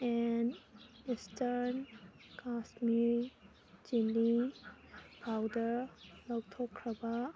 and Eastern Kashmir chilli powder ꯂꯧꯊꯣꯛꯈ꯭ꯔꯕ